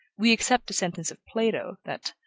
we accept the sentence of plato, that,